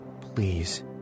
please